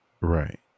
right